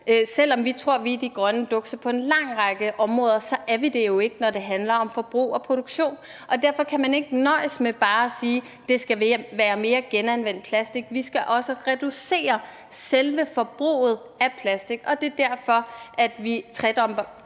selv om vi tror, vi er de grønne dukse på en lang række områder, så er vi det jo ikke, når det handler om forbrug og produktion, og derfor kan man ikke nøjes med bare at sige, at der skal bruges mere genanvendt plastik – vi skal også reducere selve forbruget af plastik, og det er derfor, vi tredobler